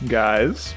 guys